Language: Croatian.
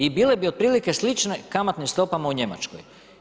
I bile bi otprilike slične kamatnim stopama u Njemačkoj.